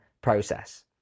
process